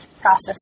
process